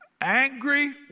angry